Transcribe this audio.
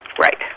Right